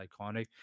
iconic